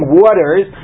waters